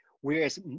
Whereas